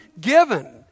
given